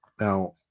Now